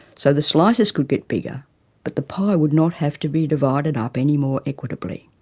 so the slices could get bigger but the pie would not have to be divided up any more equitably.